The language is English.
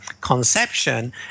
conception